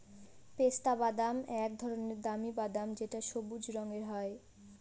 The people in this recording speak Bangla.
পেস্তা বাদাম এক ধরনের দামি বাদাম যেটা সবুজ রঙের হয়